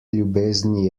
ljubezni